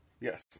Yes